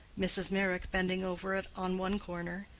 mrs. meyrick bending over it on one corner,